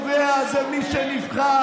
מי שקובע זה מי שנבחר.